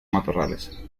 matorrales